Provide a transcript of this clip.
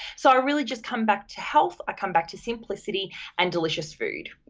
so, i really just come back to health, i come back to simplicity and delicious food.